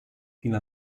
fino